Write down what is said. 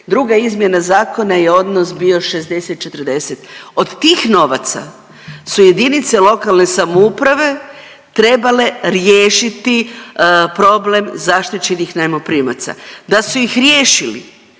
Druga izmjena zakona je odnos bio 60 40. Od tih novaca su jedinice lokalne samouprave trebale riješiti problem zaštićenih najmoprimaca. Da su ih riješili